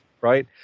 Right